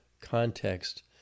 context